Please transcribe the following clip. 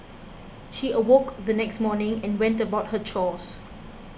she awoke the next morning and went about her chores